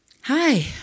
Hi